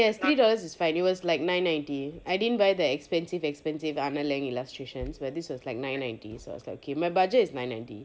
yes three dollars is fine it was like nine~ ninety I didn't buy the expensive expensive anna lang illustrations but this was like nine ninety so I was like okay my budget is nine ninety